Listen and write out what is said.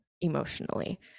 emotionally